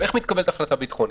איך מתקבלת החלטה ביטחונית?